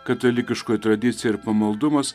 katalikiškoji tradicija ir pamaldumas